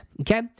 Okay